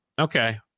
okay